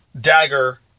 dagger